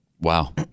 Wow